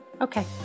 Okay